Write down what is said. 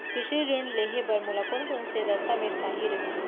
कृषि ऋण लेहे बर मोला कोन कोन स दस्तावेज चाही रही?